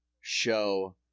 show